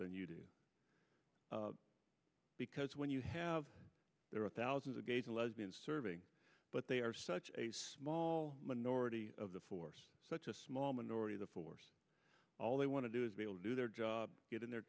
than you do because when you have there are thousands of gays and lesbians serving but they are such a small minority of the force such a small minority of the force all they want to do is be able to do their job